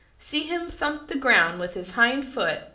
see him thump the ground with his hind foot,